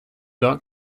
dot